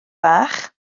fach